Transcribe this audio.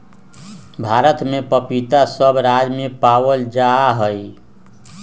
भारत में पपीता सब राज्य में पावल जा हई